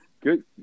Good